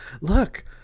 look